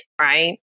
right